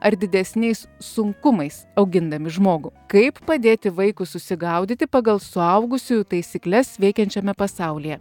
ar didesniais sunkumais augindami žmogų kaip padėti vaikui susigaudyti pagal suaugusiųjų taisykles veikiančiame pasaulyje